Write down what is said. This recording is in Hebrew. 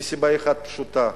מסיבה אחת פשוטה,